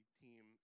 team